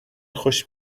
خوش